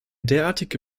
derartige